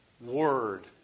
word